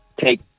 take